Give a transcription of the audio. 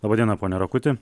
laba diena pone rakuti